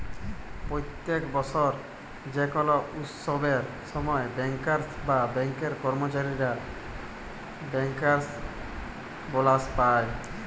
প্যত্তেক বসর যে কল উচ্ছবের সময় ব্যাংকার্স বা ব্যাংকের কম্মচারীরা ব্যাংকার্স বলাস পায়